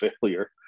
failure